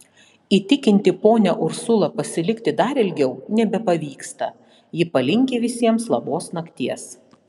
įtikinti ponią ursulą pasilikti dar ilgiau nebepavyksta ji palinki visiems labos nakties